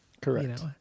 Correct